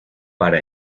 para